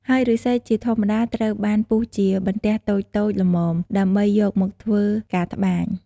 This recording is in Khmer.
ហើយឫស្សីជាធម្មតាត្រូវបានពុះជាបន្ទះតូចៗល្មម ដើម្បីយកមកធ្វើការត្បាញ។